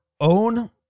own